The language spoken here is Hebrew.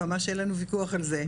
ממש אין לנו ויכוח על זה.